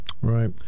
Right